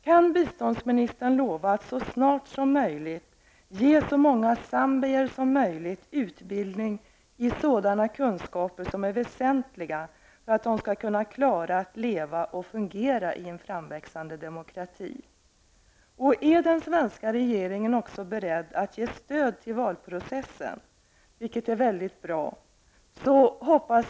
Kan biståndsministern lova att så snart som möjligt ge så många zambier som möjligt utbildning i sådana kunskaper som är väsentliga för att de skall kunna klara att leva och fungera i en framväxande demokrati? Är den svenska regeringen också beredd att ge stöd till valprocessen? Det var väldigt bra om så kunde ske.